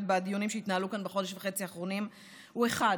בדיונים שהתנהלו כאן בחודש וחצי האחרונים הוא אחד: